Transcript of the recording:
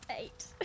Eight